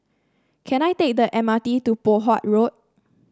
can I take the M R T to Poh Huat Road